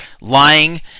lying